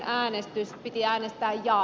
äänestys piti äänestää jaa